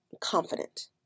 confident